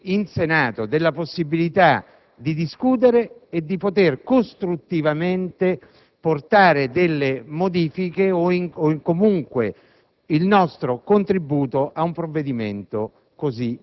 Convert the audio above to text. nel non aver potuto affrontare un dibattito così importante per il nostro sistema Paese, essendo espropriato,